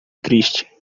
triste